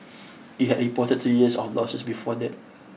it had reported three years of losses before that